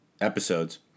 episodes